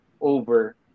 over